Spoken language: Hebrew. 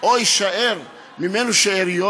או יישארו ממנו שאריות,